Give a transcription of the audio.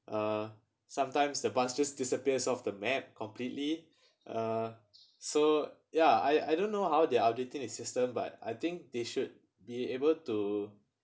uh sometimes the bus just disappears off the map completely uh so yeah I I don't know how they auditing the system but I think they should be able to